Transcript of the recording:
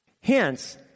Hence